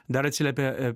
dar atsiliepė